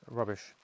rubbish